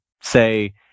say